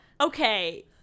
okay